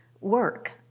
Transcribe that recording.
work